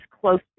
close